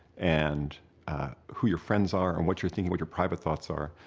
and who your friends are, and what you're thinking, what your private thoughts are.